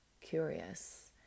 curious